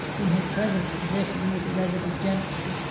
in his present position with the resident gentry.